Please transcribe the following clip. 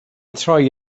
troi